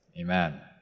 amen